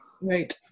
Right